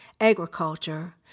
agriculture